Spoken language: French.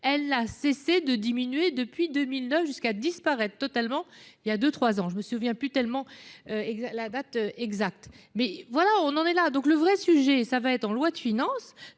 Elle a cessé de diminuer depuis 2009 jusqu'à disparaître totalement il y a deux 3 ans, je me souviens plus tellement et la date exacte mais voilà où on en est là, donc le vrai sujet. Ça va être en loi de finances